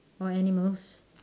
or animals